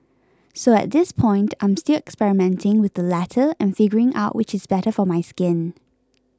so at this point I'm still experimenting with the latter and figuring out which is better for my skin